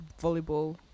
volleyball